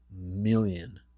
million